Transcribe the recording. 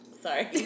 sorry